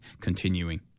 continuing